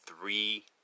three